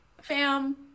fam